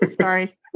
Sorry